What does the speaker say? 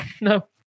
no